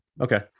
okay